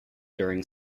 during